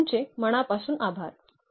आणि तुमचे मनापासून आभार